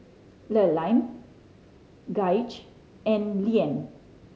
Lurline Gaige and Leeann